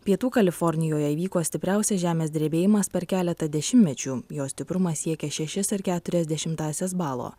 pietų kalifornijoje įvyko stipriausias žemės drebėjimas per keletą dešimtmečių jo stiprumas siekė šešis ir keturias dešimtąsias balo